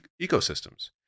ecosystems